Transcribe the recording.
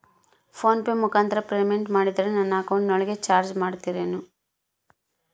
Phone pay ಮುಖಾಂತರ payment ಮಾಡಿದರೆ ನನ್ನ ಅಕೌಂಟಿನೊಳಗ ಚಾರ್ಜ್ ಮಾಡ್ತಿರೇನು?